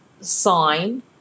sign